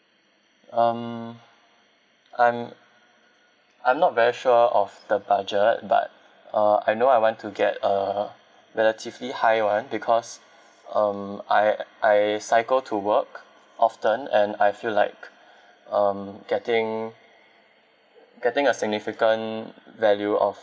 um I'm I'm not very sure of the budget but uh I know I want to get uh relatively high [one] because um I I cycle to work often and I feel like um getting getting a significant value of